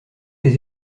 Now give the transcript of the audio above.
les